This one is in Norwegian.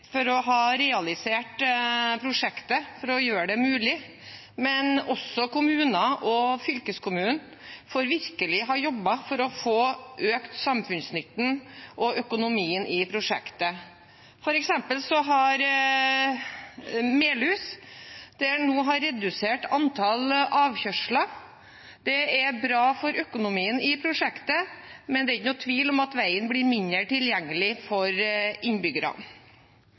for å ha realisert prosjektet og for å gjøre det mulig, men også kommunene og fylkeskommunen for virkelig å ha jobbet for å få økt samfunnsnytten og økonomien i prosjektet. For eksempel har Melhus redusert antall avkjørsler. Det er bra for økonomien i prosjektet, men det er ikke noen tvil om at veien blir mindre tilgjengelig for innbyggerne.